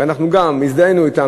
וגם אנו הזדהינו אתם,